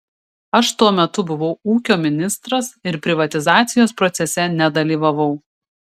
aš tuo metu buvau ūkio ministras ir privatizacijos procese nedalyvavau